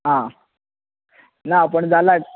आ ना जाला